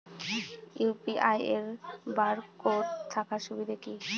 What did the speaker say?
UPI এর barcode থাকার সুবিধে কি?